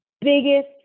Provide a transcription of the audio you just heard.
biggest